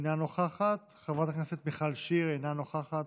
אינה נוכחת, חברת הכנסת מיכל שיר, אינה נוכחת.